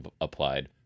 applied